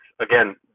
again